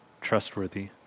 trustworthy